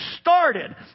started